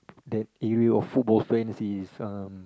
that area of football fans is um